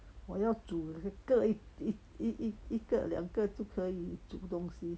我要煮个一一一一一个两个就可以煮东西